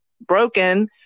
broken